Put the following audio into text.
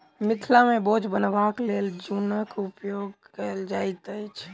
मिथिला मे बोझ बन्हबाक लेल जुन्नाक उपयोग कयल जाइत अछि